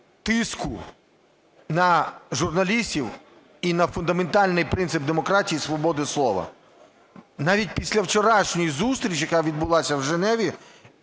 тиску на журналістів і на фундаментальний принцип демократії і свободи слова. Навіть після вчорашньої зустрічі, яка відбулася в Женеві